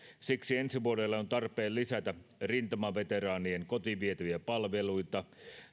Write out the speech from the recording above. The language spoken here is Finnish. siksi ensi vuodelle on tarpeen lisätä rintamaveteraanien kotiin vietäviä palveluita